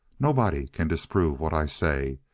nobody can disprove what i say.